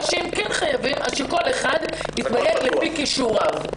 או שאם כן חייבים אז שכל אחד יתמנה לפי כישוריו.